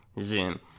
Zoom